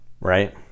right